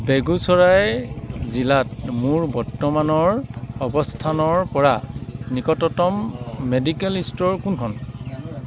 বেগুচৰাই জিলাত মোৰ বৰ্তমানৰ অৱস্থানৰপৰা নিকটতম মেডিকেল ষ্ট'ৰ কোনখন